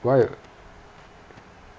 why